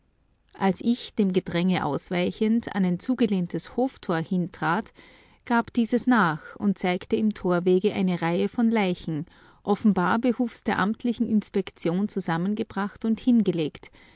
als ich dem gedränge ausweichend an ein zugelehntes hoftor hintrat gab dieses nach und zeigte im torwege eine reihe von leichen offenbar behufs der amtlichen inspektion zusammengebracht und hingelegt